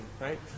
right